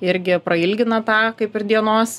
irgi prailgina tą kaip ir dienos